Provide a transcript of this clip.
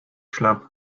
schlapp